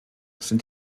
sind